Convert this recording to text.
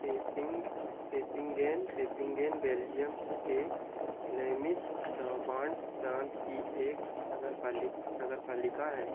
peeping Pepingen Pepingen Belgium के Flemish Brabant प्रांत की एक नगरपाली नगरपालिका है